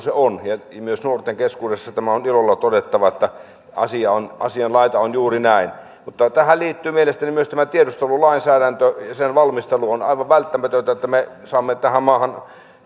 se on ja myös nuorten keskuudessa tämä on ilolla todettava että asianlaita on juuri näin mutta tähän liittyy mielestäni myös tämä tiedustelulainsäädäntö sen valmistelu on aivan välttämätöntä että me saamme tähän maahan